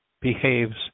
behaves